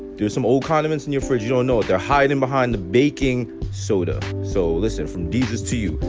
there are some old condiments in your fridge. you don't know it. they're hiding behind the baking soda. so, listen from desus to you,